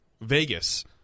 Vegas